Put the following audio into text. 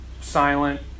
silent